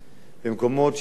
במקומות שאין